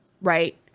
right